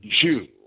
Jew